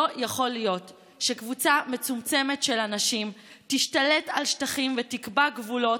לא יכול להיות שקבוצה מצומצמת של אנשים תשתלט על שטחים ותקבע גבולות,